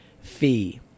fee